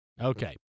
Okay